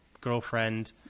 girlfriend